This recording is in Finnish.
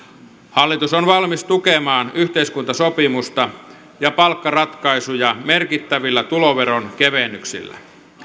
hallitus on valmis tukemaan yhteiskuntasopimusta ja palkkaratkaisuja merkittävillä tuloveron kevennyksillä